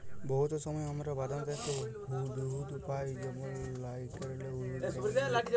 বহুত সময় আমরা বাদাম থ্যাকে দুহুদ পাই যেমল লাইরকেলের দুহুদ, সয়ামিলিক